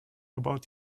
about